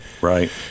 right